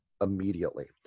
immediately